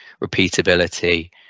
repeatability